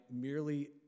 merely